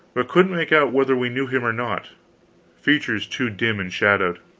but couldn't make out whether we knew him or not features too dim and shadowed.